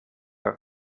are